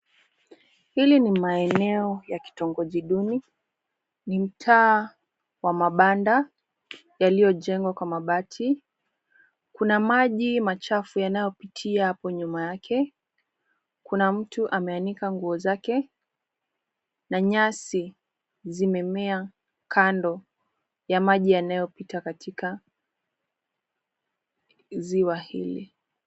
Hili ni maeneo ya kitongoji duni, ni mtaa wa mabanda yaliyojengwa kwa mabati. Kuna maji machafu yanayopitia hapo nyuma yake. Kuna mtu ameanika nguo zake na nyasi zimemea kando ya maji yanayopita katika ziwa hili.